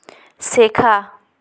শেখা